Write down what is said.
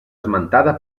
esmentada